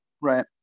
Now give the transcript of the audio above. right